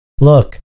look